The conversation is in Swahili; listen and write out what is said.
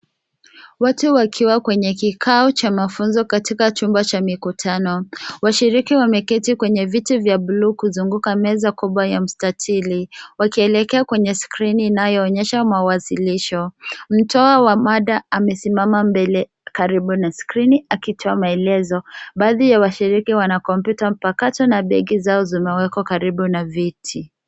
Watu wakiwa kwenye kikao cha mafunzo katika chumba cha mikutano. Washiriki wameketi kwenye viti vya buluu kuzunguka meza kubwa ya mstatili, wakielekea kwenye skrini inayoonyesha mawasilisho. Mtoa wa mada amesimama mbele karibu na skrini akitoa maelezo. Baadhi ya washiriki wana kompyuta mpakato na begi zao zimewekwa karibu na viti.